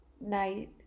night